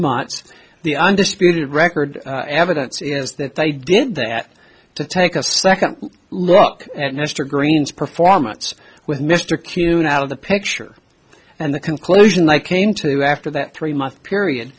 months the undisputed record evidence is that they did that to take a second look at mr green's performance with mr clean out of the picture and the conclusion they came to after that three month period